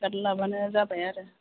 guard लाबानो जाबाय आरो